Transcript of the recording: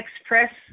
express